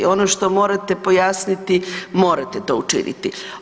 Ono što morate pojasniti morate to učiniti.